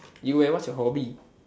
you eh what's your hobby